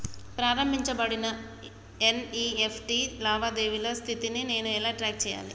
ప్రారంభించబడిన ఎన్.ఇ.ఎఫ్.టి లావాదేవీల స్థితిని నేను ఎలా ట్రాక్ చేయాలి?